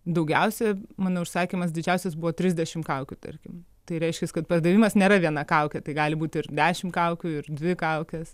daugiausia mano užsakymas didžiausias buvo trisdešim kaukių tarkim tai reiškias kad pardavimas nėra viena kaukė tai gali būti ir dešim kaukių ir dvi kaukės